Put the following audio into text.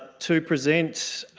to present